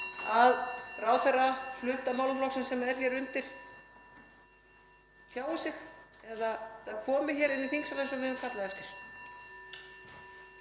að ráðherra hluta málaflokksins sem er hér undir tjái sig eða komi hér inn í þingsal, eins og við höfum kallað eftir?